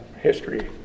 history